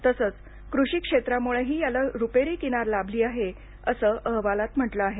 तसंच कृषी क्षेत्रामुळंही याला रुपेरी किनार लाभली आहे असं अहवालात म्हटलं आहे